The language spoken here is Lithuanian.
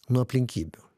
nuo aplinkybių